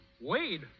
Wade